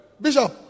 Bishop